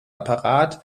apparat